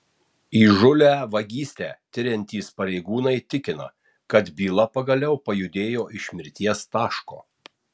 įžūlią vagystę tiriantys pareigūnai tikina kad byla pagaliau pajudėjo iš mirties taško